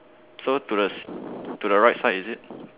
so to the to the right side is it